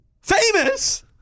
Famous